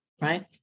right